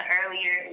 earlier